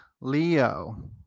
Leo